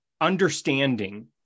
understanding